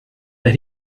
that